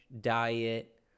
diet